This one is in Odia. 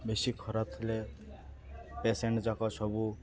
ବେଶୀ ଖରାପ ଥିଲେ ପେସେଣ୍ଟ୍ ଯାକ ସବୁ